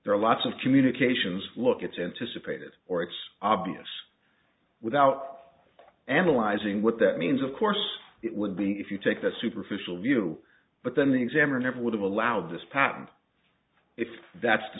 there are lots of communications look it's anticipated or it's obvious without analyzing what that means of course it would be if you take the superficial view but then the examiner never would have allowed this patent if that's the